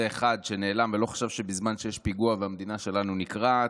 זה אחד שנעלם ולא חושב שבזמן שיש פיגוע והמדינה שלנו נקרעת,